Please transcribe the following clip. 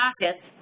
pockets